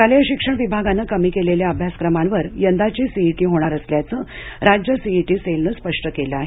शालेय शिक्षण विभागानं कमी केलेल्या अभ्यासक्रमांवर यंदाची सीईटी होणार असल्याचं राज्य सीईटी सेलनं स्पष्ट केलं आहे